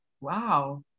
Wow